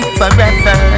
forever